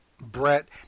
Brett